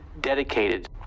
dedicated